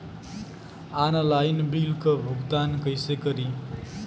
Online bill क भुगतान कईसे करी?